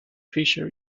fisher